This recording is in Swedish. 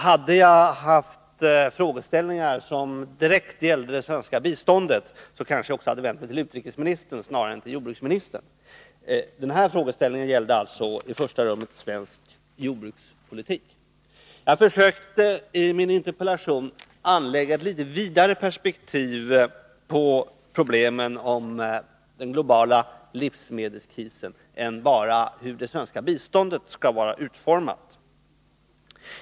Hade mina frågor enbart gällt det svenska biståndet, kanske jag snarare hade vänt mig till utrikesministern än till jordbruksministern, men den frågeställning jag har tagit upp gäller i främsta rummet svensk jordbrukspolitik. Jag försökte att i interpellationen anlägga ett något vidare perspektiv på problemen med den globala livsmedelskrisen än att bara begränsa mig till hur det svenska biståndet skall utformas.